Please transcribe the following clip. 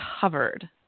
covered